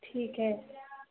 ठीक आहे